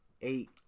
eight